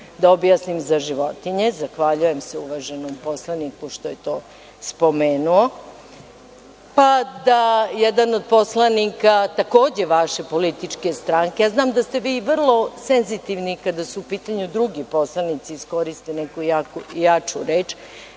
Da objasnim, za životinje. Zahvaljujem se uvaženom poslaniku što je to spomenuo. Pa, da jedan od poslanika, takođe vaše političke stranke, a znam da ste vi vrlo senzitivni kada su u pitanju drugi poslanici koji iskoriste neku jaču reč,